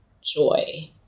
joy